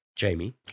Jamie